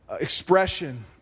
expression